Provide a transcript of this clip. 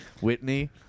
Whitney